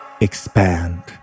Expand